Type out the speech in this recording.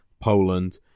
Poland